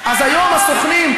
אז היום הסוכנים,